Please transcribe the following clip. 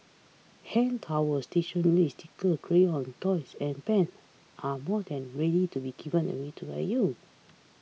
hand towels stationery stickers crayons toys and pens are more than ready to be given away to by you